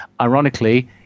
ironically